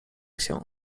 się